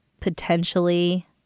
potentially